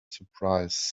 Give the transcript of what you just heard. surprise